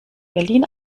berlin